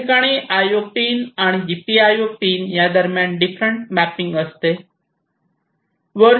याठिकाणी IO pin आणि GPIO pin या दरम्यान डिफरंट मॅपिंग असते